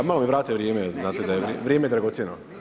Ok, malo mi vratite vrijeme znate da je vrijeme dragocjeno.